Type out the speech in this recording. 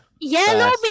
Yellow